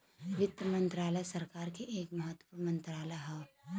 वित्त मंत्रालय भारत सरकार क एक महत्वपूर्ण मंत्रालय हौ